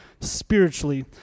spiritually